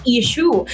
issue